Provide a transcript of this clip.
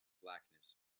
blackness